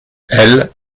elle